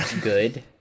Good